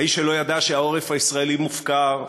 האיש שלא ידע שהעורף הישראלי מופקר,